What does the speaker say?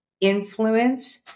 influence